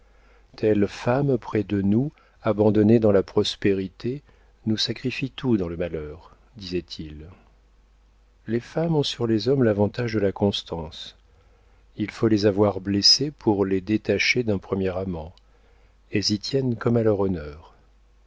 telle femme près de nous abandonner dans la prospérité nous sacrifie tout dans le malheur disait-il les femmes ont sur les hommes l'avantage de la constance il faut les avoir bien blessées pour les détacher d'un premier amant elles y tiennent comme à leur honneur